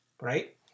right